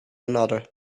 another